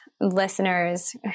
listeners